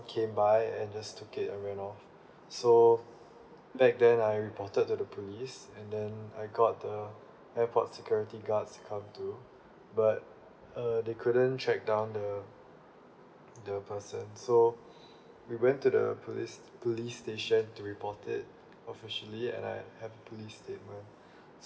came by and just took it and ran off so back then I reported to the police and then I got the airport security guards to come to but uh they couldn't track down the the person so we went to the police police station to reported officially and I have police statement